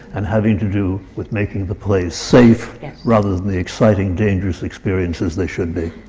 and having to do with making the plays safe rather than the exciting, dangerous experiences they should be.